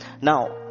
Now